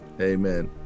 Amen